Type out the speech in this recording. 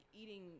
eating